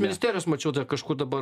ministerijos mačiau kažkur dabar